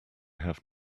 have